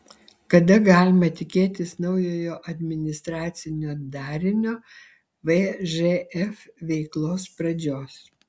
kada galima tikėtis naujojo administracinio darinio vžf veiklos pradžios